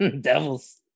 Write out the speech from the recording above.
Devils